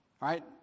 right